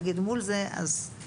דנו בנושא הזה מספר פעמים.